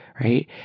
right